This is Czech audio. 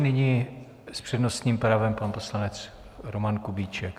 Nyní s přednostním právem pan poslanec Roman Kubíček.